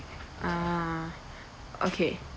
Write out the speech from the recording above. ah okay